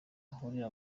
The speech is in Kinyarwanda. hahurira